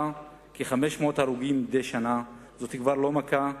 של כ-500 הרוגים בשנה הוא כבר לא מכת מדינה,